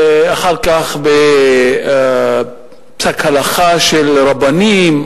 אחר כך בפסק הלכה של רבנים,